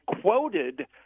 quoted